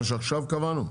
מה שעכשיו קבענו?